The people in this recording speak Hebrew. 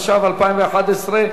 התשע"ב 2012,